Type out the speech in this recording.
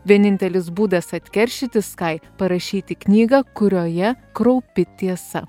vienintelis būdas atkeršyti skai parašyti knygą kurioje kraupi tiesa